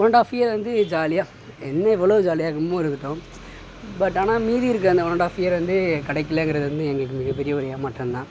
ஒன்னன்ட் half year வந்து ஜாலியாக என்ன எவ்வளோ ஜாலியாக இருக்கணுமோ இருந்துவிட்டோம் பட் ஆனால் மீதி இருக்க அந்த ஒன்னன்ட் ஆஃப் இயர் வந்து கிடைக்குலங்குறது வந்து எங்களுக்கு ஒரு மிகப்பெரிய ஒரு ஏமாற்றந்தான்